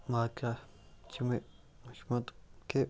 واقع چھِ مےٚ وٕچھمُت کہِ